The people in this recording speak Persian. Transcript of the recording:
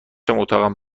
اتاقم